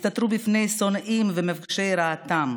הסתתרו מפני שונאים ומבקשי רעתם.